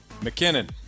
McKinnon